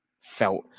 felt